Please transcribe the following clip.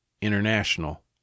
International